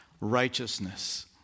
righteousness